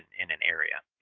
in an area.